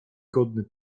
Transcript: godny